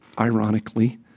ironically